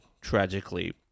tragically